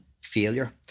failure